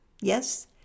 Yes